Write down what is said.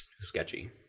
Sketchy